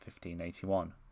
1581